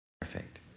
perfect